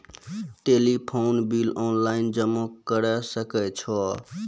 Telephone bill online जमा करै सकै छौ?